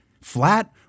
flat